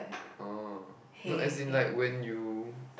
orh no as in like when you